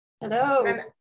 Hello